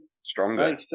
stronger